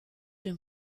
dem